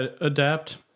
Adapt